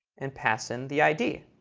and pass in the id.